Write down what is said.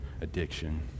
addiction